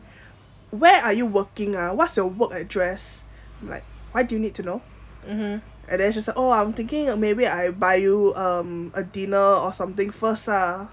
where are you working ah what's your work address like why do you need to know and then she was like oh I'm thinking uh maybe I buy you a dinner or something first ah